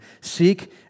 Seek